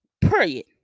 period